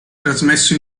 trasmesso